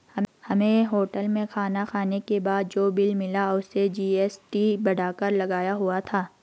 हमें होटल में खाना खाने के बाद जो बिल मिला उसमें जी.एस.टी बढ़ाकर लगाया हुआ था